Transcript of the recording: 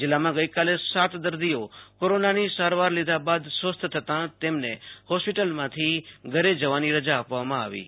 જીલ્લામાં ગઈકાલે સાત દર્દીઓ કોરોનાની સારવાર બાદ સ્વસ્થ થતા તેમને હોસ્પિટલમાંથી ઘરે જવાની રાજા આપવામાં આવી હતી